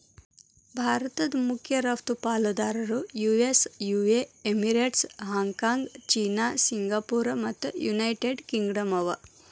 ಭಾರತದ್ ಮಖ್ಯ ರಫ್ತು ಪಾಲುದಾರರು US UA Emirates, Hong Kong China Singapore ಮತ್ತು ಯುನೈಟೆಡ್ ಕಿಂಗ್ಡಮ್ ಅವ